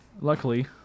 luckily